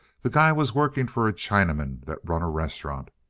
the guy was working for a chinaman that run a restaurant.